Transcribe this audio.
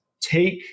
take